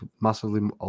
massively